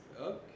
Okay